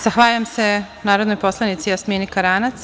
Zahvaljujem se narodnoj poslanici Jasmini Karanac.